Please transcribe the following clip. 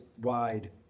wide